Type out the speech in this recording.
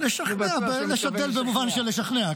לשדל במובן של לשכנע,